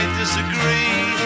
disagree